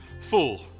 Fool